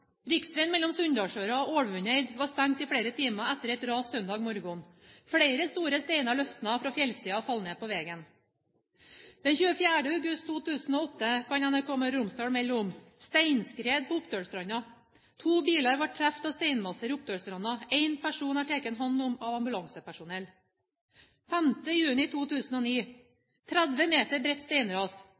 Riksvegen mellom Sunndalsøra og Ålvundeid var stengd i fleire timar etter eit ras søndag morgon. Fleire store steinar lausna frå fjellsida og fall ned på vegen.» Den 24. august 2008 kan NRK Møre og Romsdal melde: «Steinskred på Oppdølsstranda. To bilar vart treft av steinmasser i Oppdølsstranda. Ein person er teken hand om av ambulansepersonell.» 5. juni 2009: «30 meter bredt steinras.